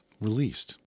released